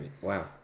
wow